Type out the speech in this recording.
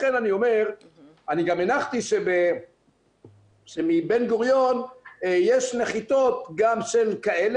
אני גם הנחתי שמבן גוריון יש גם נחיתות של כאלה,